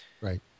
Right